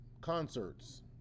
concerts